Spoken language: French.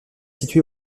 situé